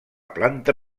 planta